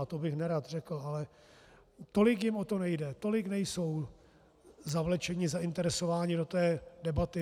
To bych nerad řekl, ale tolik jim o to nejde, tolik nejsou zavlečeni, zainteresováni do té debaty.